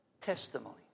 testimony